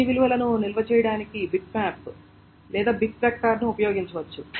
అన్ని విలువలను నిల్వ చేయడానికి బిట్మ్యాప్ లేదా బిట్ వెక్టర్ను ఉపయోగించవచ్చు